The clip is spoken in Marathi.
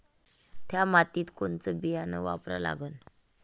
थ्या मातीत कोनचं बियानं वापरा लागन?